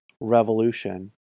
Revolution